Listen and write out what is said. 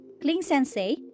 Kling-sensei